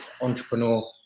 entrepreneur